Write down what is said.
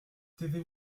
taisez